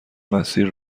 مسیر